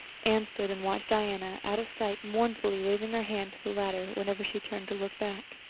anne stood and watched diana out of sight, mournfully waving her hand to the latter whenever she turned to look back.